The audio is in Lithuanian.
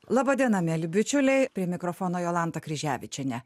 laba diena mieli bičiuliai prie mikrofono jolanta kryževičienė